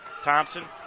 Thompson